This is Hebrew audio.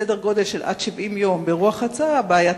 לסדר-גודל של עד 70 יום, כרוח ההצעה, הבעיה תיפתר.